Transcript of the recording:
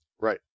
Right